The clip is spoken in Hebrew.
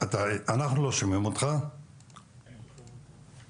אני חייבת להגיד